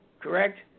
correct